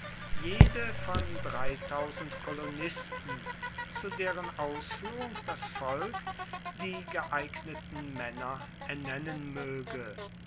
jede von kolonisten zu deren ausführung das volk die geeigneten männer ernennen möge